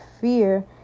fear